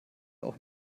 auch